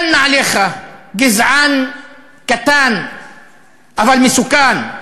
של נעליך, גזען קטן אבל מסוכן,